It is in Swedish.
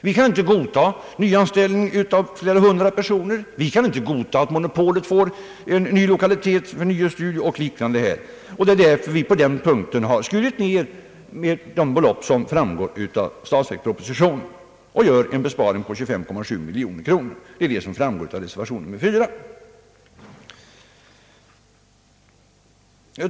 Vi kan inte godia nyanställning av flera hundra personer. Vi kan inte godta att monopolet får ny lokalitet med ny studio och liknande. Vi har därför på denna punkt föreslagit en minskning av det belopp för ändamålet som förordas i statsverkspropositionen, och vi gör på det sättet en besparing på 25,7 miljoner kronor. Detta framgår alltså av reservation 4.